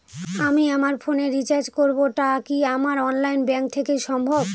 আমি আমার ফোন এ রিচার্জ করব টা কি আমার অনলাইন ব্যাংক থেকেই সম্ভব?